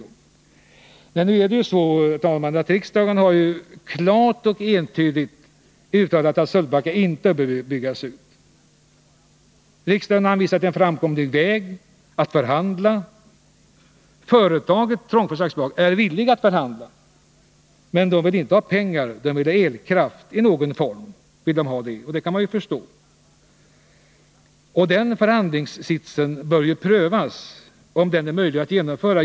Men, herr talman, det förhåller sig så att riksdagen klart och entydigt har uttalat att Sölvbacka inte skall byggas ut. Riksdagen har anvisat en framkomlig väg att förhandla. Företaget, Trångfors AB, är villigt att förhandla. Men företaget vill inte ha pengar, utan elkraft i någon form, och det bör då prövas om den förhandlingssitsen är möjlig att genomföra.